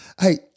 Hey